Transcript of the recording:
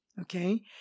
Okay